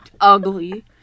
Ugly